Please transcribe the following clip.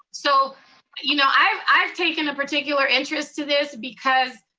so you know i've i've taken a particular interest to this, because,